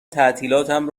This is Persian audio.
تعطیلاتم